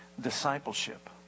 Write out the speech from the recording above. Discipleship